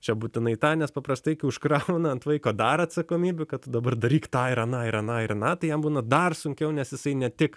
čia būtinai tą nes paprastai kai užkrauna ant vaiko dar atsakomybių kad tu dabar daryk tą ir aną ir aną ir aną tai jam būna dar sunkiau nes jisai ne tik